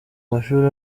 mashuri